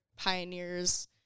pioneers